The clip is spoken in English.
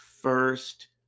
first